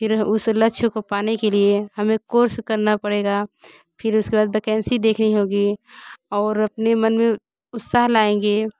फिर उस लक्ष्य को पाने के लिए हमें कोर्स करना पड़ेगा फिर उसके बाद वकेंसी देखनी होगी और अपने मन में उत्साह लाएंगे